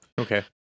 Okay